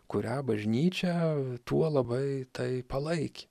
kurią bažnyčia tuo labai tai palaikė